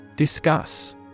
Discuss